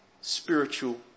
spiritual